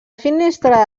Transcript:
finestra